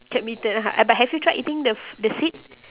can be eaten ah but have you tried eating the f~ the seed